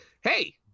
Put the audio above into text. hey